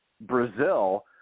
Brazil